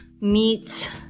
meat